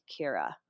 Kira